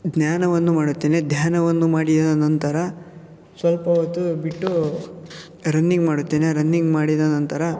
ಧ್ಯಾನವನ್ನು ಮಾಡುತ್ತೇನೆ ಧ್ಯಾನವನ್ನು ಮಾಡಿದ ನಂತರ ಸ್ವಲ್ಪ ಹೊತ್ತು ಬಿಟ್ಟು ರನ್ನಿಂಗ್ ಮಾಡುತ್ತೇನೆ ರನ್ನಿಂಗ್ ಮಾಡಿದ ನಂತರ